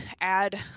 add